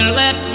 let